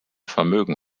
vermögen